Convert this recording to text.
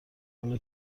حالا